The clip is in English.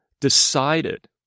decided